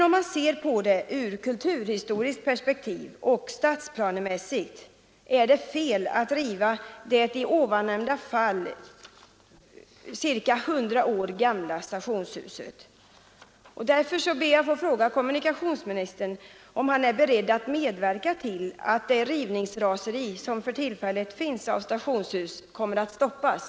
Också ur kulturhistoriskt och stadsplanemässigt perspektiv är det fel att riva detta ungefär 100 år gamla stationshus. Därför ber jag att få fråga kommunikationsministern om han är beredd att medverka till att stoppa det rivningsraseri som gripit omkring sig när det gäller stationshus.